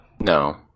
no